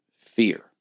fear